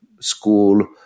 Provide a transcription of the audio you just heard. School